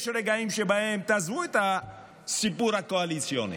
יש רגעים שבהם, תעזבו את הסיפור הקואליציוני,